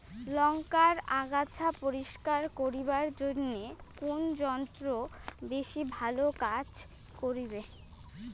লংকার আগাছা পরিস্কার করিবার জইন্যে কুন যন্ত্র বেশি ভালো কাজ করিবে?